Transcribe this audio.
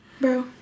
Bro